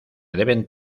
deben